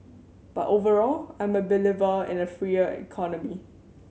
but overall I'm a believer in a freer economy